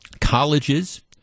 colleges